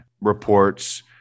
reports